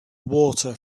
water